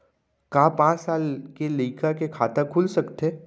का पाँच साल के लइका के खाता खुल सकथे?